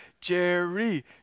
Jerry